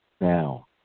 now